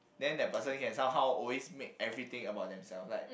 then that person can somehow always make everything about themselves like